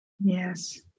Yes